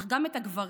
אך גם את הגברים,